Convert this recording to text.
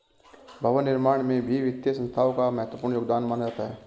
भवन निर्माण में भी वित्तीय संस्थाओं का महत्वपूर्ण योगदान माना जाता है